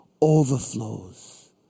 overflows